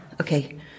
okay